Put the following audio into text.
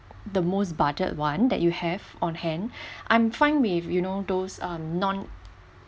the most budget one that you have on hand I'm fine with you know those um non